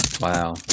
Wow